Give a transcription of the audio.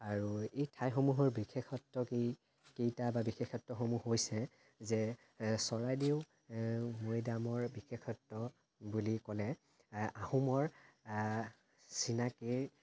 আৰু এই ঠাইসমূহৰ বিশেষত্ব কি কেইটা বা বিশেষত্বসমূহ হৈছে যে চৰাইদেউ মৈদামৰ বিশেষত্ব বুলি ক'লে আহোমৰ চিনাকী